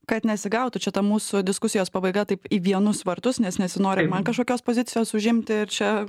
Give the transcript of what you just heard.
kad nesigautų čia ta mūsų diskusijos pabaiga taip į vienus vartus nes nesinori ir man kašokios pozicijos užimti ir čia